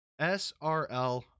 SRL